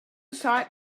site